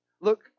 Look